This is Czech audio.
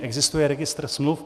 Existuje registr smluv.